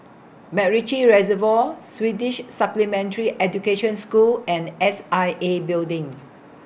Macritchie Reservoir Swedish Supplementary Education School and S I A Building